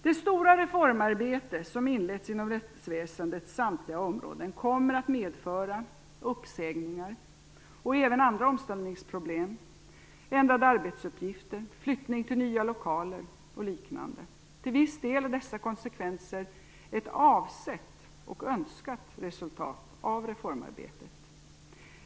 Det stora reformarbete som inletts inom rättsväsendets samtliga områden kommer att medföra uppsägningar och även andra omställningsproblem, såsom ändrade arbetsuppgifter, flyttning till nya lokaler och liknande. Till viss del är dessa konsekvenser ett avsett och önskat resultat av reformarbetet.